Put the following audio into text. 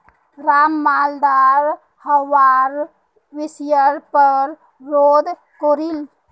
राम मालदार हवार विषयर् पर शोध करील